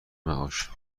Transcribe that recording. معاش